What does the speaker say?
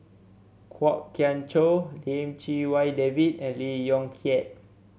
Kwok Kian Chow Lim Chee Wai David and Lee Yong Kiat